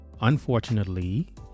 Unfortunately